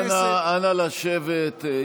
נא לשבת,